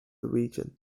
region